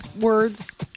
words